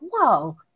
whoa